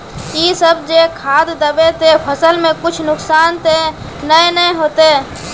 इ सब जे खाद दबे ते फसल में कुछ नुकसान ते नय ने होते